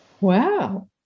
Wow